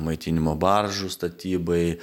maitinimo baržų statybai